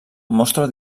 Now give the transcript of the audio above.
mostra